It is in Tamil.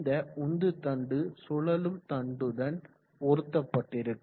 இந்த உந்துதண்டு சுழலும் தண்டுடன் பொருத்தப்பட்டிருக்கும்